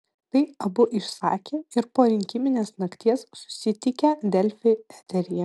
tai abu išsakė ir po rinkiminės nakties susitikę delfi eteryje